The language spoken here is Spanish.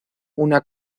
una